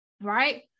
right